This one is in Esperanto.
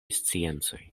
sciencoj